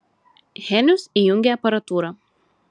henius įjungė aparatūrą